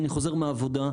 אני חוזר מהעבודה,